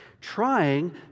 Trying